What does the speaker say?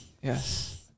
yes